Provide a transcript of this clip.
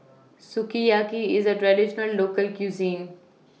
Sukiyaki IS A Traditional Local Cuisine